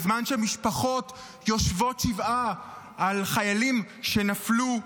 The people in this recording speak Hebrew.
בזמן שמשפחות יושבות שבעה על חיילים שנפלו,